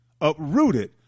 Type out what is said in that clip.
uprooted